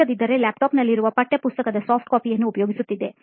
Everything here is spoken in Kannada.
ಇಲ್ಲದಿದ್ದರೆ laptop ನಲ್ಲಿರುವ ಪಠ್ಯಪುಸ್ತಕದ soft copy ಯನ್ನು ಉಪಯೋಗಿಸುತ್ತಿದೆ